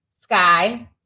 Sky